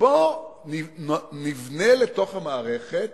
בוא נבנה לתוך המערכת